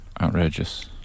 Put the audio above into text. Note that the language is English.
Outrageous